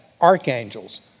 archangels